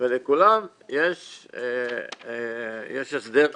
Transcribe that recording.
ולכולם יש הסדר אחיד,